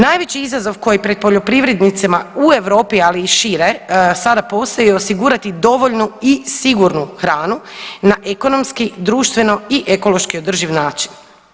Najveći izazov koji pred poljoprivrednicima u Europi ali i šire sada postoji je osigurati dovoljnu i sigurnu hranu na ekonomski, društveno i ekološki održiv način.